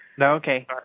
Okay